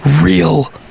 real